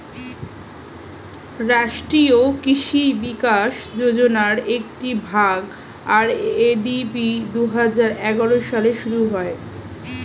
রাষ্ট্রীয় কৃষি বিকাশ যোজনার একটি ভাগ, আর.এ.ডি.পি দুহাজার এগারো সালে শুরু করা হয়